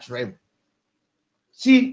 See